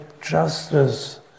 justice